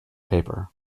paper